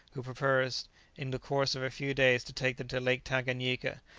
who purposed in the course of a few days to take them to lake tanganyika,